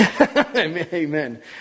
Amen